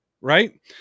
right